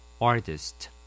Artist